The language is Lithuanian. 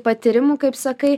patyrimų kaip sakai